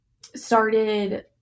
started